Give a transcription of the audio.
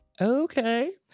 okay